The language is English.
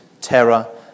terror